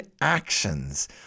actions